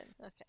okay